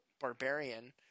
barbarian